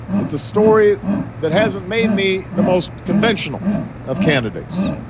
it's a story that hasn't made me the most conventional of candidates.